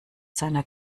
seiner